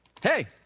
hey